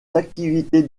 activités